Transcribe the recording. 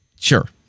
Sure